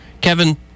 Kevin